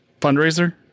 fundraiser